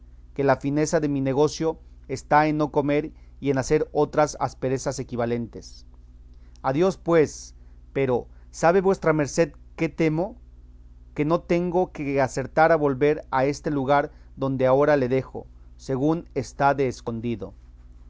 que la fineza de mi negocio está en no comer y en hacer otras asperezas equivalentes a dios pues pero sabe vuestra merced qué temo que no tengo de acertar a volver a este lugar donde agora le dejo según está de escondido